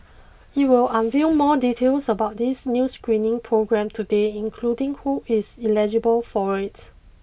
it will unveil more details about this new screening programme today including who is eligible for it